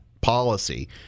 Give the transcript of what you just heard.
policy